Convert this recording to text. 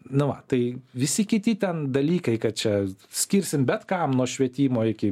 na va tai visi kiti ten dalykai kad čia skirsim bet kam nuo švietimo iki